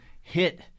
hit